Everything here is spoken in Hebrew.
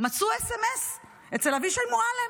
מצאו סמ"ס אצל אבישי מועלם,